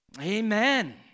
Amen